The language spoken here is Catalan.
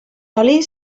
oli